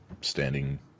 standing